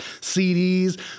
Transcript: CDs